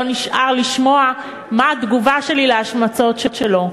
נשאר לשמוע את התגובה שלי על ההשמצות שלו.